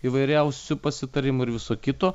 įvairiausių pasitarimų ir viso kito